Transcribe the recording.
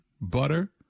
butter